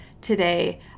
today